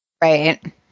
right